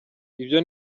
ibyo